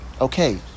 okay